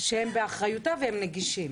שהם באחריותה והם נגישים.